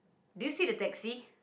do you see the taxi